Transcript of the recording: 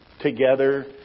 together